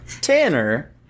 Tanner